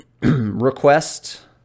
request